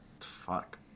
Fuck